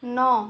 ন